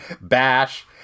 bash